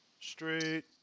Straight